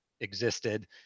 existed